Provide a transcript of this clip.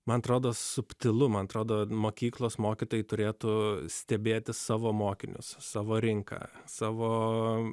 man atrodo subtilu man atrodo mokyklos mokytojai turėtų stebėti savo mokinius savo rinką savo